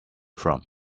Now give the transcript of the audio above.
from